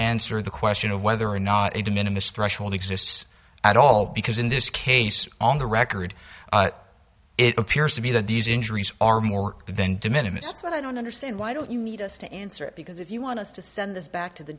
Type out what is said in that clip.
answer the question of whether or not a diminished threshold exists at all because in this case on the record it appears to be that these injuries are more then de minimis that's what i don't understand why don't you need us to answer it because if you want us to send this back to the